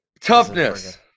Toughness